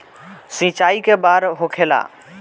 सिंचाई के बार होखेला?